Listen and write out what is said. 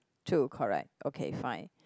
two correct okay fine